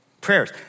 prayers